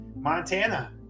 Montana